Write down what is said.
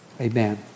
amen